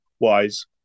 wise